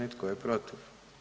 I tko je protiv?